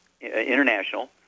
International